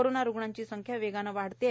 corona रुग्णांची संख्या वेगाने वाढत आहे